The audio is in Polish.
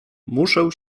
muszę